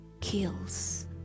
kills